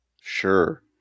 Sure